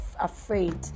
afraid